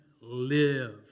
live